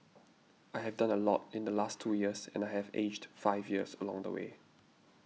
I have done a lot in the last two years and I have aged five years along the way